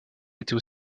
étaient